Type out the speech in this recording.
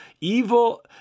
evil